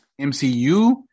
MCU